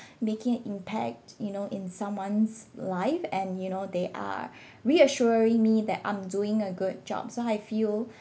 making an impact you know in someone's life and you know they are reassuring me that I'm doing a good job so I feel